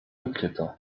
wykryto